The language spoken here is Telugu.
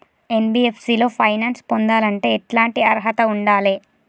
ఎన్.బి.ఎఫ్.సి లో ఫైనాన్స్ పొందాలంటే ఎట్లాంటి అర్హత ఉండాలే?